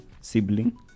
sibling